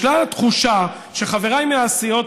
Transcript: ישנה תחושה שחבריי מהסיעות,